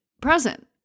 present